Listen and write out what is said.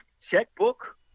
checkbook